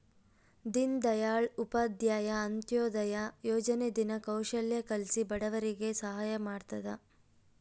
ದೀನ್ ದಯಾಳ್ ಉಪಾಧ್ಯಾಯ ಅಂತ್ಯೋದಯ ಯೋಜನೆ ದಿನ ಕೌಶಲ್ಯ ಕಲ್ಸಿ ಬಡವರಿಗೆ ಸಹಾಯ ಮಾಡ್ತದ